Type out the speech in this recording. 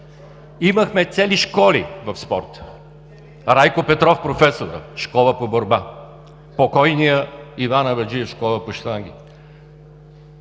Имахме цели школи в спорта: Райко Петров – професорът, школа по борба; покойният Иван Абаджиев – школа по щанги;